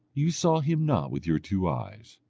you saw him not with your two eyes,